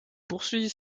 poursuit